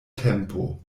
tempo